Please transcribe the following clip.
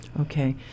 Okay